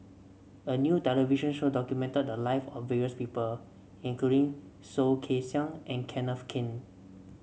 a new television show documented the live of various people including Soh Kay Siang and Kenneth Keng